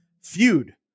feud